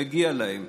מגיע להם,